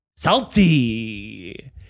Salty